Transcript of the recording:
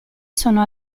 sono